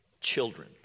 Children